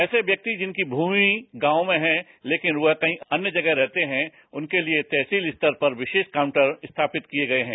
ऐसे व्यक्ति जिनकी भूमि गांव में है लेकिन वह कहीं अन्य जगह रहते हैं उनके लिए तहसील स्तर पर विशेष काउंटर स्थापित किये गये है